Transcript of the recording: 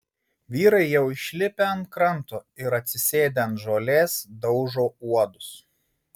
vyrai jau išlipę ant kranto ir atsisėdę ant žolės daužo uodus